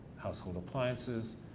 household appliances.